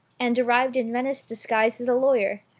and arrived in venice disguised as a lawyer,